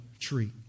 tree